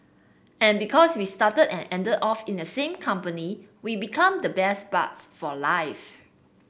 and because we started and ended off in the same company we become the best buds for life